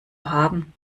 haben